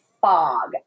Fog